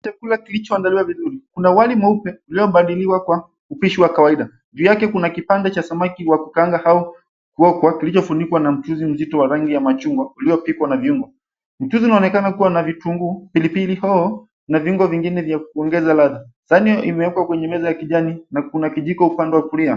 Chakula kilichoandaliwa vizuri, kuna wali mweupe ulioandaliwa kwa upishi wa kawaida. Juu yake kuna kipande cha samaki wa kukaanga au kuokwa kilichofunikwa na mchuzi mzito wa rangi ya machungwa, uliopikwa na viungo. Mchuzi unaonekana kuwa na vitunguu, pilipili hoho, na viungo vingine vya kuongeza ladha. Sahani hiyo imewekwa kwenye meza ya kijani, na kuna kijiko upande wa kulia.